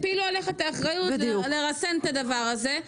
הפילו עליך את האחריות לרסן את הדבר הזה,